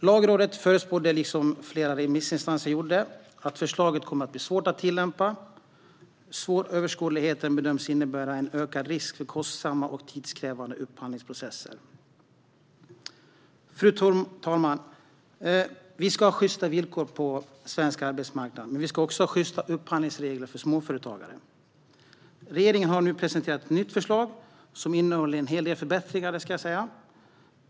Lagrådet förutspådde, liksom flera remissinstanser gjorde, att förslaget kommer att bli svårt att tillämpa. Svåröverskådligheten bedöms innebära en ökad risk för kostsamma och tidskrävande upphandlingsprocesser. Fru talman! Vi ska ha sjysta villkor på svensk arbetsmarknad, men vi ska också ha sjysta upphandlingsregler för småföretagare. Regeringen har nu presenterat ett nytt förslag som innehåller en hel del förbättringar - det ska jag säga.